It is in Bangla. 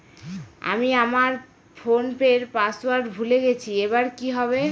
আমি আমার ফোনপের পাসওয়ার্ড ভুলে গেছি এবার কি হবে?